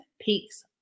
Peaks